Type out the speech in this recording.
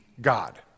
God